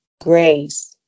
grace